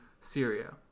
syria